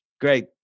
Great